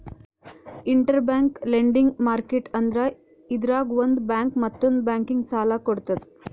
interbank lending market ಅಂದ್ರ ಇದ್ರಾಗ್ ಒಂದ್ ಬ್ಯಾಂಕ್ ಮತ್ತೊಂದ್ ಬ್ಯಾಂಕಿಗ್ ಸಾಲ ಕೊಡ್ತದ್